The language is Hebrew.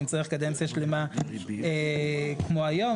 אם צריך קדנציה שלמה כמו היום,